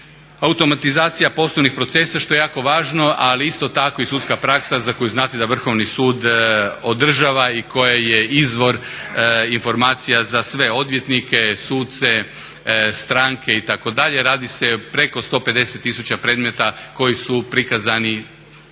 Automatizacija poslovnih procesa, što je jako važno, ali isto tako i sudska praksa za koju znate da Vrhovni sud održava i koja je izvor informacija za sve odvjetnike, suce, stranke itd. Radi se preko 150 tisuća predmeta koji su prikazani